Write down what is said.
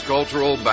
Cultural